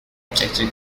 object